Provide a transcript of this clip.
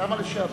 למה לשעבר?